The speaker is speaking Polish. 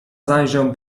zajrzę